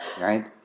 right